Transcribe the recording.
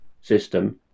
system